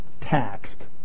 taxed